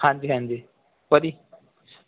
ਹਾਂਜੀ ਹਾਂਜੀ ਭਾਅ ਜੀ